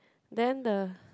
then the